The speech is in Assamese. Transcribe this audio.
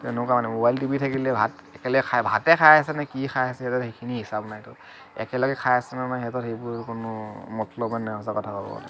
তেনেকুৱা মানে মোবাইল টিপি থাকিলে ভাত একেলগে খাই ভাতে খাই আছে নে কি খাই আছে সিহঁতৰ সেইখিনি হিচাপ নাইতো একেলগে খাই আছে মানে সিহঁতৰ সেইবোৰ কোনো মতলবেই নাই সঁচা কথা ক'বলৈ গ'লে